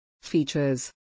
Features